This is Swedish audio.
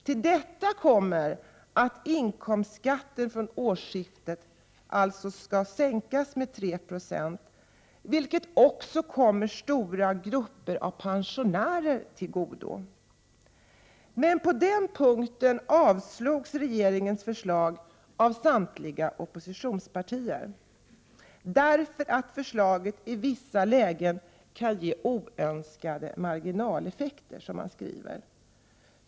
Till detta kommer att inkomstskatten från årsskiftet alltså skall sänkas med 3 9, vilket också kommer stora grupper av pensionärer till godo. Men på den punkten avstyrktes regeringens förslag av samtliga oppositionspartier, därför att förslaget i vissa lägen kan ge oönskade marginaleffekter, som man skriver.